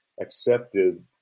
accepted